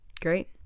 Great